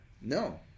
no